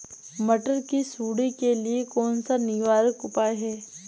मटर की सुंडी के लिए कौन सा निवारक उपाय है?